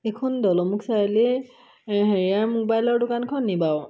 এইখন দলংমুখ চাৰিআলিৰ হেৰিয়াৰ মোবাইলৰ দোকানখন নি বাৰু